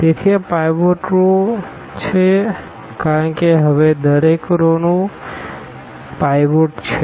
તેથી આ pivot row છે કારણ કે હવે દરેક રોઓનું પાઈવોટછે